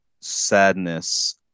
sadness